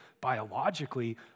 biologically